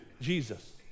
Jesus